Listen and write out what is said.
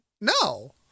no